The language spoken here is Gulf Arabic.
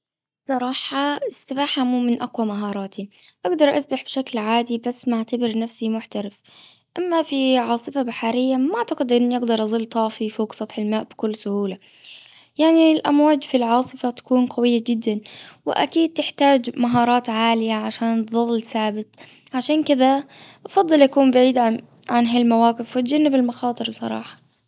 صراحة السباحة مو من قوى مهاراتي. أقدر أسبح بشكل عادي بس ما أعتبر نفسي محترف. أما في عاصفة بحرية ما أعتقد أني أقدر أظل طافي فوق سطح الماء بكل سهولة. يعني الأمواج في العاصفة تكون قوية جدا. وأكيد تحتاج مهارات عالية عشان تظل ثابت كده أفضل أكون بعيد عن عن هالمواقف وأتجنب المخاطر بصراحة.